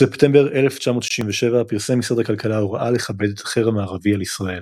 בספטמבר 1967 פרסם משרד הכלכלה הוראה לכבד את החרם הערבי על ישראל.